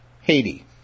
Haiti